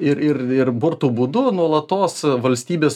ir ir ir burtų būdu nuolatos valstybės